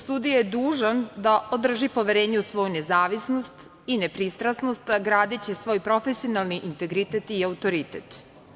Sudija je dužan da održi poverenje u svoju nezavisnost i nepristrasnost, gradeći svoj profesionalni integritet i autoritet.